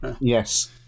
Yes